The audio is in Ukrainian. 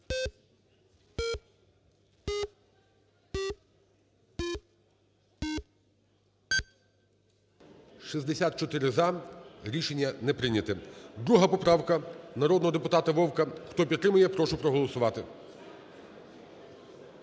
За-64 Рішення не прийнято. 2 поправка народного депутата Вовка. Хто підтримує, прошу проголосувати.